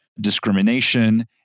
discrimination